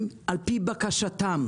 על פי בקשתם,